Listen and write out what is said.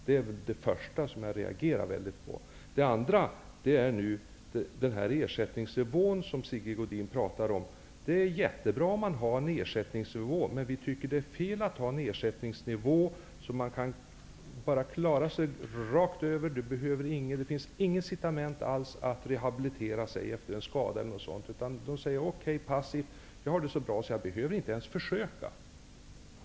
Det andra som jag reagerar mot är den ersättningsnivå som Sigge Godin talar om. Det är jättebra att det finns en ersättningsnivå, men det är fel om den inte ger något incitament till rehabilitering efter en skada. Man säger passivt att man har det så bra att man inte ens vill försöka.